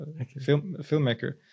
filmmaker